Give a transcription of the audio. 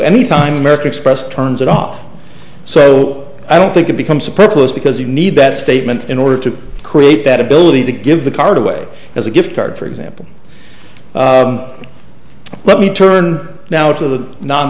any time american express turns it off so i don't think it becomes a purpose because you need that statement in order to create that ability to give the card away as a gift card for example let me turn now to the non